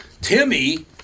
Timmy